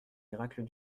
miracle